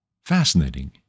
fascinating